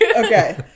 Okay